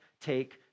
take